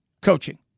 coaching